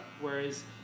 Whereas